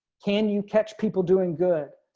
can you catch people doing good,